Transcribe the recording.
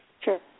Sure